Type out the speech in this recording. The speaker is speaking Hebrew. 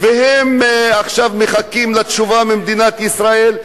והם עכשיו מחכים לתשובה ממדינת ישראל,